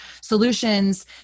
solutions